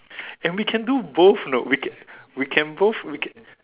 and we can do both you know we can we can both we can